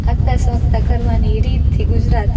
આગતા સ્વાગતા કરવાની રીતથી ગુજરાત